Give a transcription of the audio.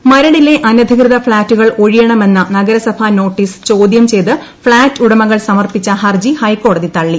മരട് മരടിലെ അനധികൃത ഫ്ളാറ്റുകൾ ഒഴീയണമെന്ന നഗരസഭ നോട്ടീസ് ചോദ്യം ചെയ്ത് ഫ്ളാറ്റ് ഉടമക്കിൾ സമർപ്പിച്ച ഹർജി ഹൈക്കോടതി തള്ളി